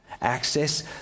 access